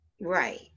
right